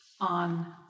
on